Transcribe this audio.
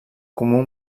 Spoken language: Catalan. comú